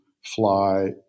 fly